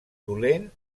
dolent